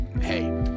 hey